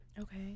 Okay